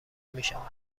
میشوند